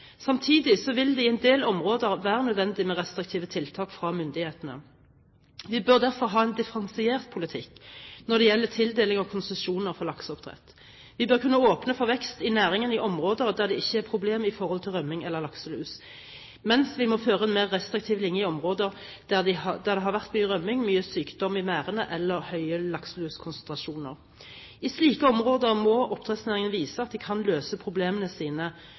Samtidig vil det i en del områder være nødvendig med restriktive tiltak fra myndighetene. Vi bør derfor ha en differensiert politikk når det gjelder tildeling av konsesjoner for lakseoppdrett. Vi bør kunne åpne for vekst i næringen i områder der det ikke er problem med tanke på rømning eller lakselus, mens vi må føre en mer restriktiv linje i områder der har vært mye rømning, mye sykdom i merdene eller høye lakseluskonsentrasjoner. I slike områder må oppdrettsnæringen vise at de kan løse problemene sine